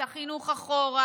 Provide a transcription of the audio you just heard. את החינוך אחורה,